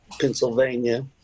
Pennsylvania